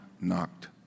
knocked